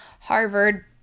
Harvard